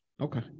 Okay